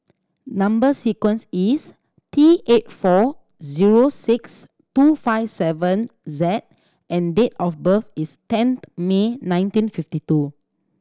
number sequence is T eight four zero six two five seven Z and date of birth is tenth May nineteen fifty two